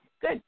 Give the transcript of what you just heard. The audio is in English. good